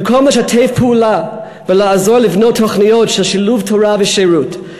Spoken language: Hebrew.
במקום לשתף פעולה ולעזור לבנות תוכניות של שילוב תורה ושירות,